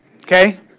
Okay